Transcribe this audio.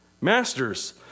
Masters